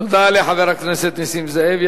תודה לחבר הכנסת נסים זאב.